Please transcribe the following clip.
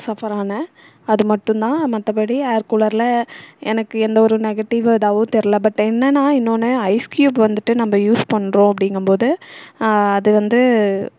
சஃபரானேன் அது மட்டும் தான் மற்றபடி ஏர் கூலரில் எனக்கு எந்த ஒரு நெகட்டிவ் இதாகவோ தெரில பட் என்னன்னால் இன்னொன்று ஐஸ் க்யூப் வந்துட்டு நம்ப யூஸ் பண்ணுறோம் அப்படிங்கம்போது அது வந்து